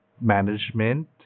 management